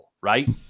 right